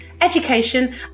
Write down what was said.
education